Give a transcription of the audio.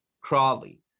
Crawley